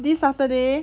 this saturday